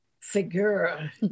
figura